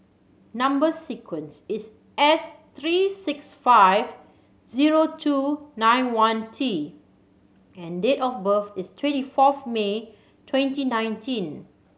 number sequence is S three six five zero two nine one T and date of birth is twenty fourth May twenty nineteen